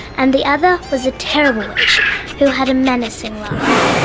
and the other was a terrible which who had a menacing laugh.